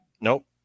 Nope